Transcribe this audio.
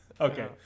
Okay